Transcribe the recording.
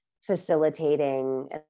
facilitating